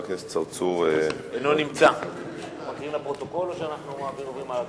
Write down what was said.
אדוני היושב-ראש, אדוני השר,